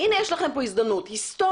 והנה יש לכם פה הזדמנות היסטורית.